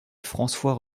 françois